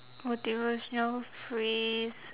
motivational phrase